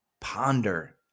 Ponder